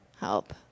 help